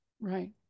Right